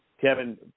kevin